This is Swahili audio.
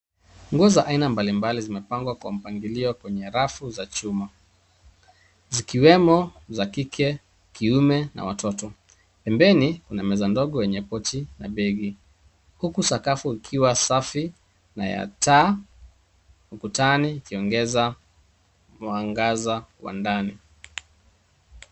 Mavazi ya aina mbalimbali yamepangwa kwa mpangilio kwenye rafu za chuma, yakiwemo ya wanawake, wanaume na watoto. Pembeni, kuna meza ndogo. Sakafu inaonekana safi na taa ukutani zinaongeza mwangaza ndani ya chumba.